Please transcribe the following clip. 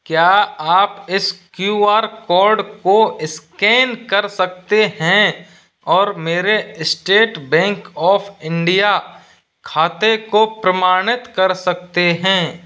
क्या आप इस क्यू आर कोड को स्कैन कर सकते हैं और मेरे स्टेट बैंक ऑफ़ इंडिया खाते को प्रमाणित कर सकते हैं